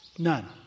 None